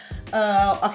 Okay